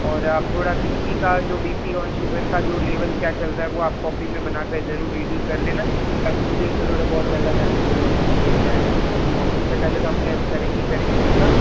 और आप थोड़ा बी पी का जो बी पी और शुगर का जो लेवल क्या चल रहा है वो आप कॉपी में बनाकर जरूर रीडिंग कर लेना ताकि मुझे उससे थोड़ा बहुत ज़्यादा हेल्प मिल जाएगी कि भई क्या है और उससे पहले तो हम टेस्ट करेंगे ही करेंगे उनका